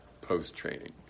post-training